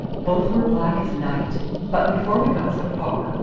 both were black as night but before we got so far,